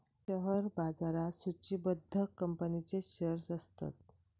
share बाजारात सुचिबद्ध कंपनींचेच शेअर्स असतत